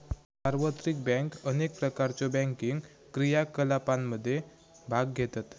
सार्वत्रिक बँक अनेक प्रकारच्यो बँकिंग क्रियाकलापांमध्ये भाग घेतत